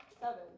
Seven